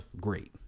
great